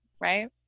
right